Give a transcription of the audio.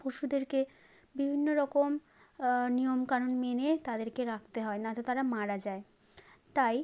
পশুদেরকে বিভিন্ন রকম নিয়মকানুন মেনে তাদেরকে রাখতে হয় না তো তারা মারা যায় তাই